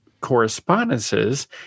Correspondences